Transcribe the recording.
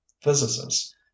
physicists